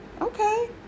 Okay